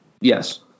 Yes